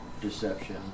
deception